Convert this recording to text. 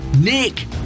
Nick